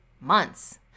months